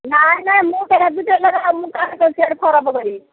ନାଇଁ ନାଇଁ ମୁଁ ମୁଁ କାହା ଖରାପ ହେବନି